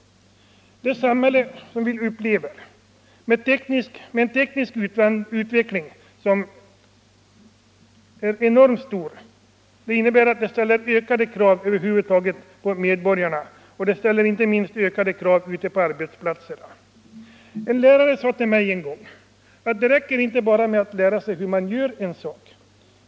Det samhälle som vi upplever, med en enorm teknisk utveckling, ställer ökade krav över huvud taget på medborgarna, inte minst ute på arbetsplatserna. En lärare sade till mig en gång: ”Det räcker inte med att bara lära sig hur man gör en sak.